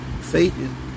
Faith